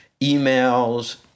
emails